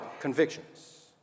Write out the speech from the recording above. convictions